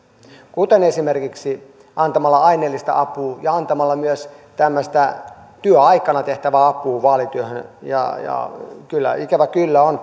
kuten esimerkiksi antamalla aineellista apua ja antamalla myös tämmöistä työaikana tehtävää apua vaalityöhön ja ikävä kyllä on